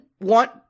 want